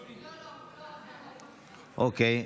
אוקיי.